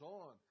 on